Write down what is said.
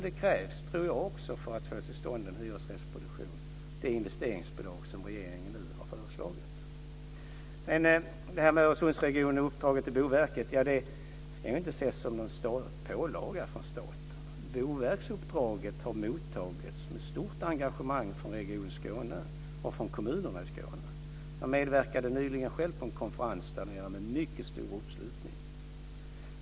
Det krävs också för att vi ska få till stånd en hyresrättsproduktion ett investeringsbidrag, tror jag, som regeringen nu har föreslagit. Vad gäller Öresundsregionen och uppdraget till Boverket vill jag säga att det inte ska ses som någon pålaga från staten. Boverksuppdraget har mottagits med stort engagemang från Region Skåne och från kommunerna i Skåne. Jag medverkade nyligen själv på en konferens där nere med mycket stor uppslutning.